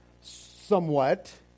somewhat